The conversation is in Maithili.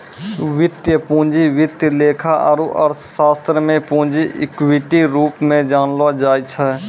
वित्तीय पूंजी वित्त लेखा आरू अर्थशास्त्र मे पूंजी इक्विटी के रूप मे जानलो जाय छै